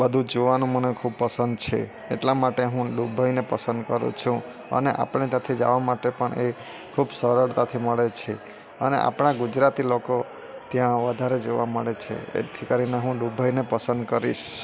બધુ જોવાનું મને ખૂબ પસંદ છે એટલા માટે હું દુબઈને પસંદ કરું છું અને આપણે ત્યાંથી જવા માટે પણ એ ખૂબ સરળતાથી મળે છે અને આપણા ગુજરાતી લોકો ત્યાં વધારે જોવા મળે છે એથી કરીને હું દુબઈને પસંદ કરીશ